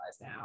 now